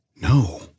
no